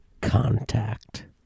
contact